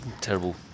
terrible